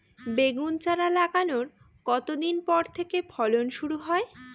বেগুন চারা লাগানোর কতদিন পর থেকে ফলন শুরু হয়?